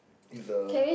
eat the